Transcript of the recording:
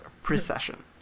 precession